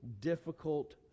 difficult